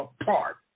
apart